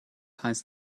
heißt